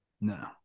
No